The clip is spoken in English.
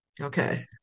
Okay